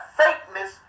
fakeness